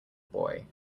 boy